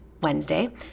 Wednesday